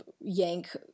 yank